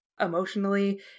emotionally